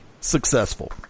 successful